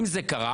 אם זה קרה,